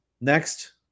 Next